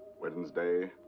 wednesday.